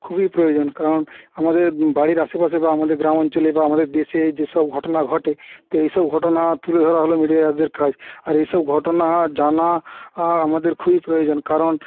খুবই প্রয়োজন কারণ আমাদের বাড়ির আশেপাশে বা আমাদের গ্রামাঞ্চলে বা আমাদের দেশে যে সব ঘটনা ঘটে তো এই সব ঘটনা তুলে ধরা হলো মিডিয়াদের কাজ আর এই সব ঘটনা জানা আমাদের খুবই প্রয়োজন কারণ